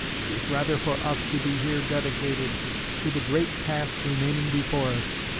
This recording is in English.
it is rather for us to be here dedicated to the great task remaining before us,